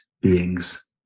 beings